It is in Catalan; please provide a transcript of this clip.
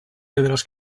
pedres